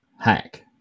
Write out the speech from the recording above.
hack